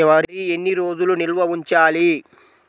వరి ఎన్ని రోజులు నిల్వ ఉంచాలి?